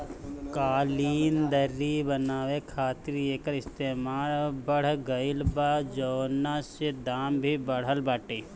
कालीन, दर्री बनावे खातिर एकर इस्तेमाल बढ़ गइल बा, जवना से दाम भी बढ़ल बाटे